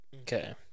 Okay